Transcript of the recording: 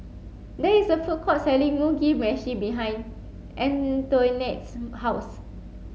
there is a food court selling Mugi Meshi behind Antoinette's house